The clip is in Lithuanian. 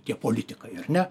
tie politikai ar ne